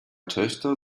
töchter